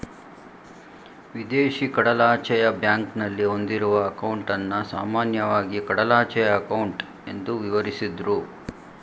ವಿದೇಶಿ ಕಡಲಾಚೆಯ ಬ್ಯಾಂಕ್ನಲ್ಲಿ ಹೊಂದಿರುವ ಅಂಕೌಟನ್ನ ಸಾಮಾನ್ಯವಾಗಿ ಕಡಲಾಚೆಯ ಅಂಕೌಟ್ ಎಂದು ವಿವರಿಸುದ್ರು